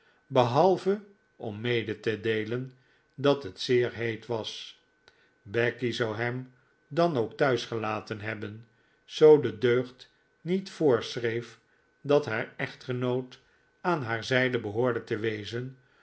behalve om mede te deelen dat het zeer heet was becky zou hem dan ook thuis gelaten hebben zoo de deugd niet voorschreef dat haar echtgenoot aan haar zijde behoorde te wezen